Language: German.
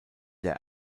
der